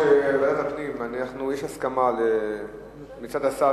יושב-ראש ועדת הפנים, יש הסכמה גם מצד השר